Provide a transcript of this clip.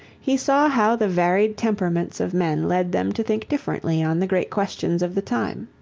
he saw how the varied temperaments of men led them to think differently on the great questions of the time.